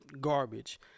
garbage